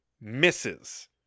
misses